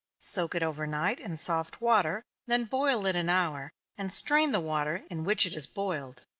soak it over night in soft water, then boil it an hour, and strain the water in which it is boiled.